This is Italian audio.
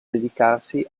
dedicarsi